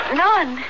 none